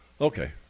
Okay